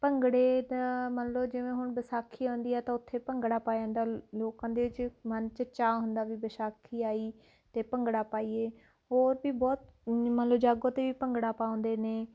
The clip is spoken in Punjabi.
ਭੰਗੜੇ ਦਾ ਮੰਨ ਲਉ ਜਿਵੇਂ ਹੁਣ ਵਿਸਾਖੀ ਆਉਂਦੀ ਹੈ ਤਾਂ ਉੱਥੇ ਭੰਗੜਾ ਪਾਇਆ ਜਾਂਦਾ ਲੋਕਾਂ ਦੇ ਵਿੱਚ ਮਨ 'ਚ ਚਾਅ ਹੁੰਦਾ ਵੀ ਵਿਸਾਖੀ ਆਈ ਅਤੇ ਭੰਗੜਾ ਪਾਈਏ ਹੋਰ ਵੀ ਬਹੁਤ ਮੰਨ ਲਉ ਜਾਗੋ 'ਤੇ ਵੀ ਭੰਗੜਾ ਪਾਉਂਦੇ ਨੇ